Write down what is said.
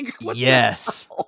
yes